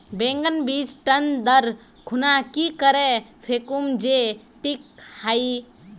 बैगन बीज टन दर खुना की करे फेकुम जे टिक हाई?